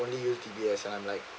only used D_B_S and I'm like